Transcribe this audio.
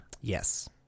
yes